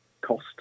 cost